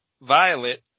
Violet